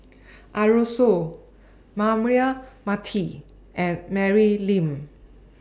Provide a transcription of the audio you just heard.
Arasu Braema Mathi and Mary Lim